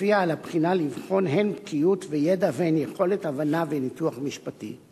ולפיה על הבחינה לבחון הן בקיאות וידע והן יכולת הבנה וניתוח משפטי.